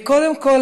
קודם כול,